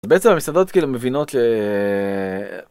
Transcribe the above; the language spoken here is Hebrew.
זה בעצם המסעדות כאילו מבינות